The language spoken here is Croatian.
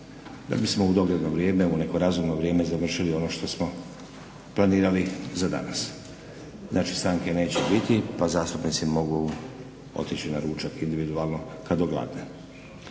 da bismo u dogledno vrijeme u neko razumno vrijeme završili ono što smo planirali za danas. Znači stanke neće biti pa zastupnici mogu otići na ručan individualno kada ogladne.